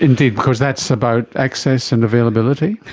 indeed, because that's about access and availability.